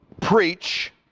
preach